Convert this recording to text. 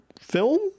film